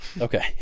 Okay